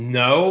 no